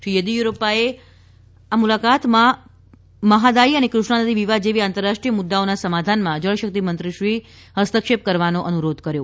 શ્રી યેદિયુરપ્પાએ મકેદાતુ પેઅજબ પરિયોજના મહાદાયી અને કૃષ્ણા નદી વિવાદ જેવી આંતરરાષટ્રીય મુદ્દાઓના સમાધાનમાં જલશક્તિમંત્રીથી હસ્તક્ષેપ કરવાનો અનુરોધ કર્યો